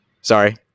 Sorry